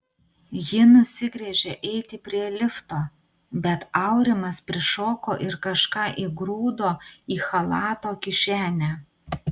ji nusigręžė eiti prie lifto bet aurimas prišoko ir kažką įgrūdo į chalato kišenę